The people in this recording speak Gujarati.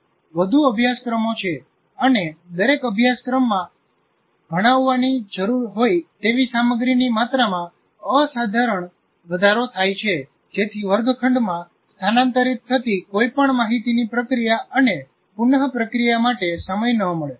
વધુ અભ્યાસક્રમો છે અને દરેક અભ્યાસક્રમમાં ભણાવવાની જરૂર હોય તેવી સામગ્રીની માત્રામાં અસાધારણ વધારો થાય છે જેથી વર્ગખંડમાં સ્થાનાંતરિત થતી કોઈપણ માહિતીની પ્રક્રિયા અને પુનપ્રક્રિયા માટે સમય ન મળે